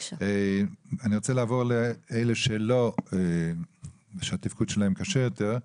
אני רוצה לעבור לאלה שהתפקוד שלהם קשה יותר.